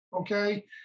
Okay